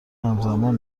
همزمان